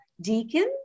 deacon